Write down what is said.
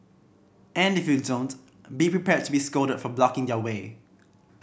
and if you don't be prepared to be scolded for blocking their way